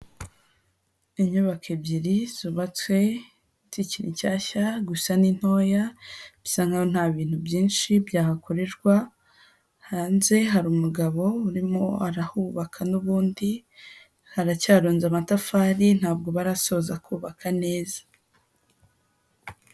Inyubako ebyiri, zubatswe zikiri nshyashya, gusa ni ntoya, bisa nk'aho nta bintu byinshi byahakorerwa, hanze hari umugabo urimo arahubaka n'ubundi, haracyarunze amatafari, ntabwo barasoza kubaka neza.